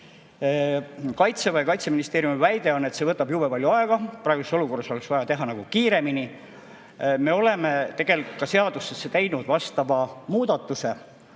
Kaitseväe ja Kaitseministeeriumi väide on, et see võtab jube palju aega, praeguses olukorras oleks vaja teha kiiremini. Me oleme tegelikult ka seadusesse teinud vastava muudatuse,